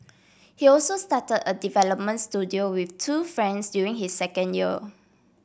he also start a development studio with two friends during his second year